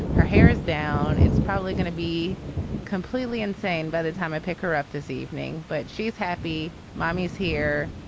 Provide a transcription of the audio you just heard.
her hair is down it's probably going to be completely insane by the time i pick her up this evening but she's happy mommy is here.